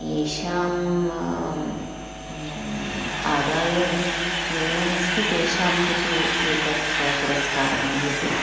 येषाम् आदाय न्यूनमस्ति तेषां कृते एतत् पुरस्कारं दीयते